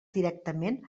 directament